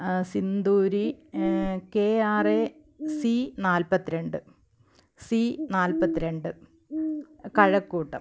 Sinduri K R A C നാൽപ്പത്തി രണ്ട് C നാൽപത്തി രണ്ട് കഴക്കൂട്ടം